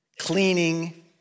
cleaning